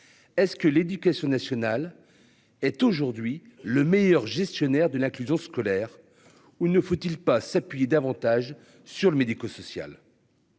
Est-ce que l'éducation nationale est aujourd'hui le meilleur gestionnaire de l'inclusion scolaire ou ne faut-il pas s'appuyer davantage sur le médico-social.--